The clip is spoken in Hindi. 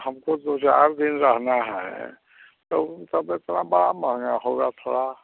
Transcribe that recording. हमको दो चार दिन रहना है तो अब इतना बड़ा महंगा होगा थोड़ा